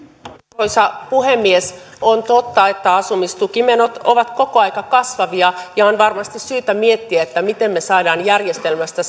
arvoisa puhemies on totta että asumistukimenot ovat koko ajan kasvavia ja on varmasti syytä miettiä miten me saamme järjestelmästä